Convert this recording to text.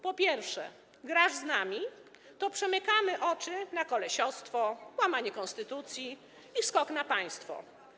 Po pierwsze: grasz z nami - to przymykamy oczy na kolesiostwo, łamanie konstytucji i skok na państwo.